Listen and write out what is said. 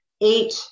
eight